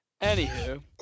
Anywho